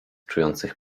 czujących